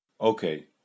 Okay